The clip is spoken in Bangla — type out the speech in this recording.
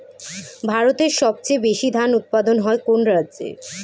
ভারতের সবচেয়ে বেশী ধান উৎপাদন হয় কোন রাজ্যে?